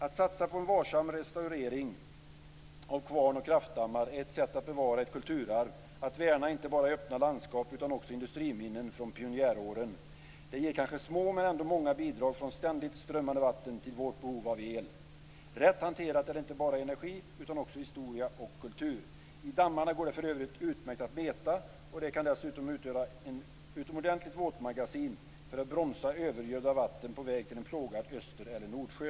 Att satsa på en varsam restaurering av kvarn och kraftdammar är ett sätt att bevara ett kulturvarv, att värna inte bara öppna landskap utan också industriminnen från pionjäråren. Det ger kanske små men ändå många bidrag från ständigt strömmande vatten till vårt behov av el. Rätt hanterat är det inte bara energi utan också historia och kultur. I dammarna går det för övrigt utmärkt att meta, och de kan dessutom utgöra utomordentliga våtmagasin för att bromsa övergödda vatten på väg till en plågad Öster eller Nordsjö.